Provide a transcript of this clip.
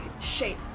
shape